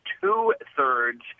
two-thirds